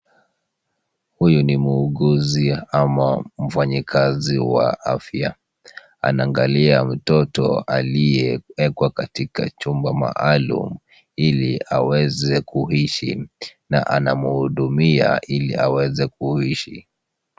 Huyu ni muuguzi ama mfanyikazi wa afya, anaangalia mtoto aliyeekwa katika chumba maalum ili aweze kuishi, na anamhudumia ili aweze kuishi.